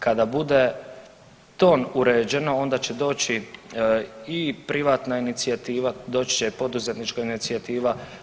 Kada bude to uređeno onda će doći i privatna inicijativa, doći će i poduzetnička inicijativa.